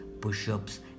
Push-ups